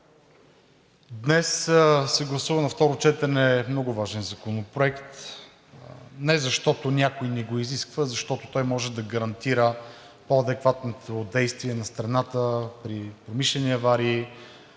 Днес се гласува на второ четене много важен законопроект не защото някой ни го изисква, а защото той може да гарантира по-адекватното действие на страната при промишлени аварии,